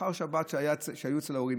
לאחר שבת שהיו אצל ההורים,